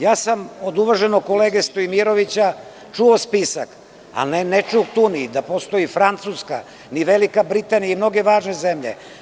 Ja sam od uvaženog kolege Stojimirovića čuo spisak, ali ne čuh tu ni da postoji Francuska, ni Velika Britanija, niti mnoge važne zemlje.